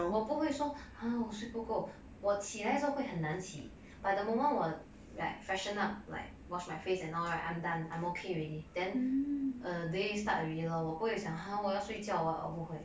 我不会说 !huh! 我睡不够我起来的时候会很难起 but the moment 我 like freshen up like wash my face and all right I'm done I'm okay already then the day start already lor 我不会想 !huh! 我要睡觉 !huh! 我不会